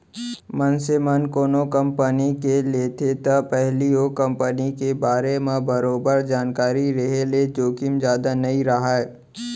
मनसे मन कोनो कंपनी के लेथे त पहिली ओ कंपनी के बारे म बरोबर जानकारी रेहे ले जोखिम जादा नइ राहय